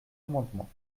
amendement